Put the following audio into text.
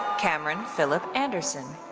cameron phillip anderson.